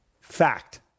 Fact